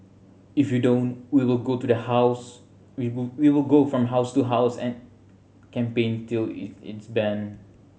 if you don't we will go to the house we will we will go from house to house and campaign till it is banned